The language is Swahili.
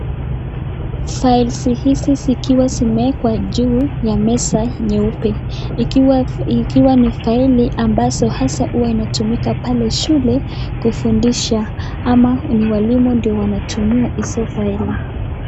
Files hizi zikiwa zimeekwa juu ya meza nyeupe ikiwa ni faili ambazo hasa huwa inatumika pale shule kufundisha ama ni walimu ndio wanatumia hizo file .